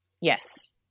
Yes